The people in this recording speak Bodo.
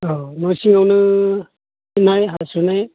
ओह न' सिङावनो खिनाय हासुनाय